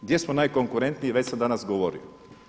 Gdje smo najkonkurentniji već sam danas govorio.